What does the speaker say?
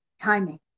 Timing